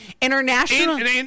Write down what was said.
International